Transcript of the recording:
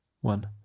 one